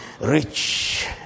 Rich